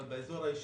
אבל באזור האישי,